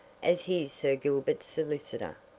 as he's sir gilbert's solicitor.